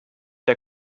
der